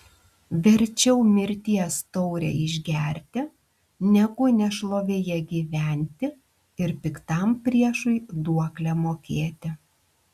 verčiau mirties taurę išgerti negu nešlovėje gyventi ir piktam priešui duoklę mokėti